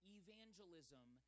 evangelism